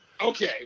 Okay